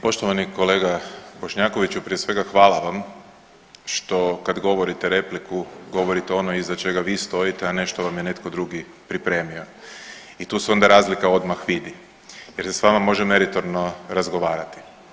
Poštovani kolega Bošnjakoviću, prije svega hvala vam što kad govorite repliku govorite ono iza čega vi stojite, a ne što vam je netko drugi pripremio i tu se onda razlika odmah vidi jer se s vama može meritorno razgovarati.